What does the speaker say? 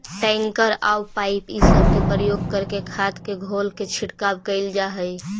tanker औउर pipe इ सब के प्रयोग करके खाद के घोल के छिड़काव कईल जा हई